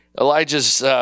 Elijah's